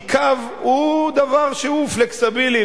כי קו הוא דבר שהוא פלקסיבילי,